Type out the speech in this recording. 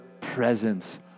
presence